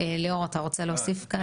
ליאור, אתה רוצה להוסיף?